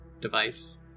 device